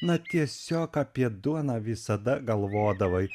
na tiesiog apie duoną visada galvodavai